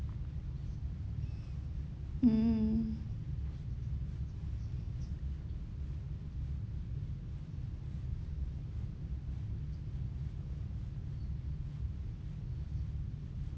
mm